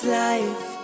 life